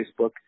Facebook